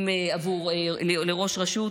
אם לראש רשות.